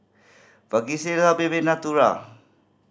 Vagisil Sebamed Natura